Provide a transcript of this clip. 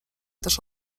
też